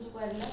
(uh huh)